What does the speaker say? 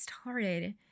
started